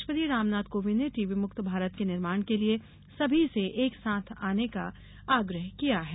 राष्ट्रपति रामनाथ कोविंद ने टीबी मुक्त भारत के निर्माण के लिये सभी से एक साथ आने का आग्रह किया है